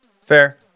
Fair